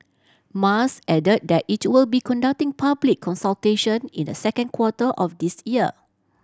Mas added that it will be conducting public consultation in the second quarter of this year